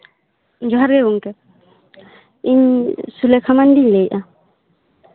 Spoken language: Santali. ᱡᱚᱦᱟᱨ ᱜᱮ ᱜᱚᱝᱠᱮ ᱤᱧ ᱥᱩᱞᱮᱠᱷᱟ ᱢᱟᱱᱰᱤᱧ ᱞᱟᱹᱭᱮᱜᱼᱟ